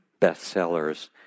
bestsellers